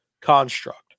construct